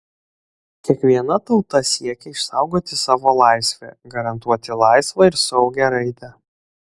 kiekviena tauta siekia išsaugoti savo laisvę garantuoti laisvą ir saugią raidą